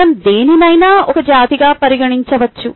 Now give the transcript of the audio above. మనం దేనినైనా ఒక జాతిగా పరిగణించవచ్చు